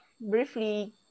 briefly